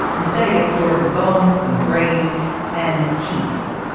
instead it gets stored in the bones and the brain and the teeth.